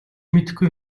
мэдэхгүй